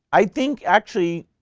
i think, actually,